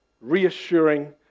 reassuring